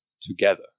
together